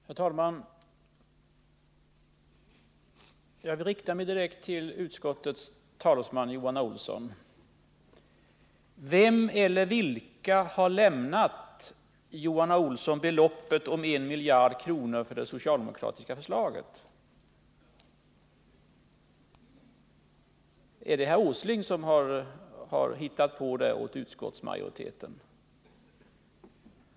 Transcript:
Herr talman! Jag vill rikta mig direkt till utskottets talesman Johan A. Olsson. Vem eller vilka har lämnat Johan A. Olsson uppgiften om att beloppet en miljard kronor är fördyringen genom det socialdemokratiska förslaget? Är det herr Åsling som har hittat på det åt utskottsmajoriteten?